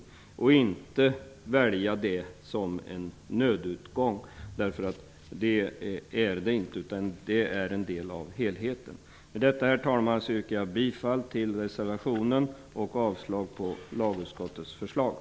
Detta bör alltså inte väljas som en nödutgång, för en sådan är det inte, utan detta är en del av helheten. Med detta, herr talman, yrkar jag bifall till reservationen och avslag på lagutskottets hemställan.